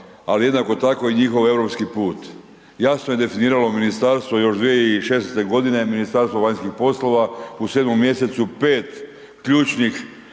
ali jednako tako i njihov europski put. Jasno je definiralo ministarstvo još 2016. g., Ministarstvo vanjskih poslova u 7. mj. 5 ključnih